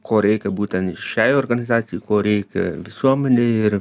ko reikia būten šiai organizacijai ko reikia visuomenei ir